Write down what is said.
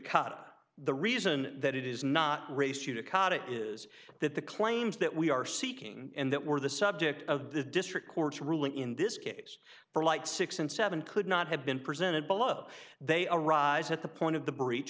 out the reason that it is not race you to cut it is that the claims that we are seeking and that were the subject of the district court's ruling in this case for like six and seven could not have been presented below they arise at the point of the breach